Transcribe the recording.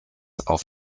auf